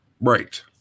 Right